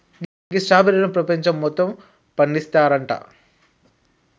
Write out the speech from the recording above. గీ స్ట్రాబెర్రీలను పెపంచం మొత్తం పండిస్తారంట